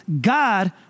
God